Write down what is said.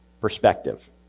perspective